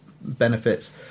benefits